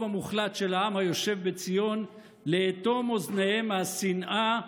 המוחלט של העם היושב בציון לאטום אוזניהם מהשנאה,